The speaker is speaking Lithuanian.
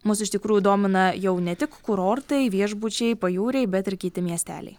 mus iš tikrųjų domina jau ne tik kurortai viešbučiai pajūriai bet ir kiti miesteliai